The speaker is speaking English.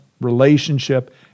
relationship